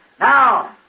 Now